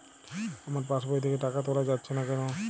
আমার পাসবই থেকে টাকা তোলা যাচ্ছে না কেনো?